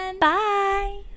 Bye